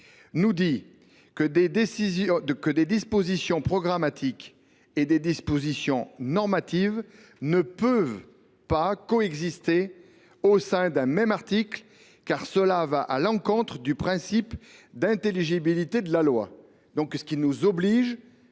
nous dit que des dispositions programmatiques et des dispositions normatives ne peuvent pas coexister au sein d’un même article, car cela irait à l’encontre du principe d’intelligibilité de la loi. Cela nous oblige